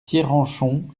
pierrenchon